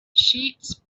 sheets